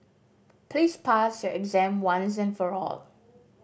please pass your exam once and for all